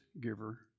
giver